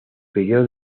periodo